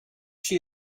she